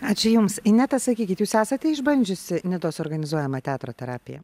ačiū jums ineta sakykit jūs esate išbandžiusi nidos organizuojamą teatro terapiją